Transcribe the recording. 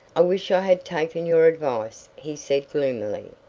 i wish i had taken your advice, he said gloomily.